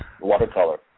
watercolor